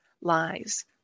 lies